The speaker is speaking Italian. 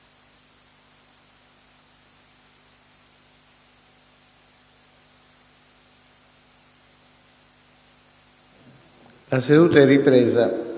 La seduta è ripresa.